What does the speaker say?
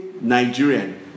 Nigerian